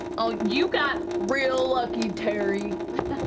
oh, you got real lucky tary.